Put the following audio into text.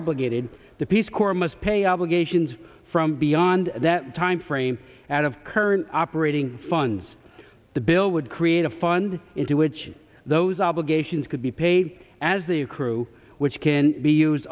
obligated the peace corps must pay obligations from beyond that time frame out of current operating funds the bill would create a fund into which those obligations could be paid as the accrue which can be used